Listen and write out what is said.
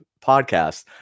podcast